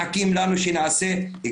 וכולי.